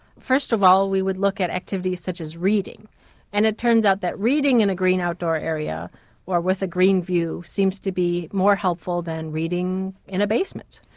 first of all we would look at activities such as reading and it turns out that reading in a green outdoor area with a green view seems to be more helpful than reading in a basement,